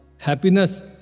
Happiness